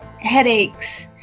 headaches